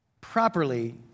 properly